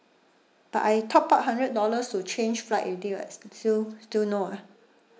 but I top up hundred dollars to change flight already [what] sti~ still still no ah